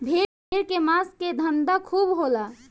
भेड़ के मांस के धंधा खूब होला